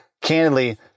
candidly